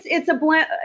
it's a blend.